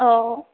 हो